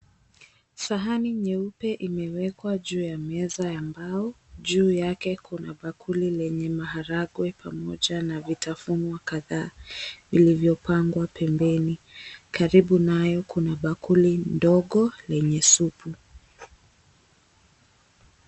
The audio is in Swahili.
Sahani nyeupe imewekwa juu ya meza ya mbao, juu yake kuna bakuli lenye maharagwe pamoja na vitafunwa kadhaa vilivyopangwa pembeni, karibu nayo kuna bakuli ndogo lenye supu.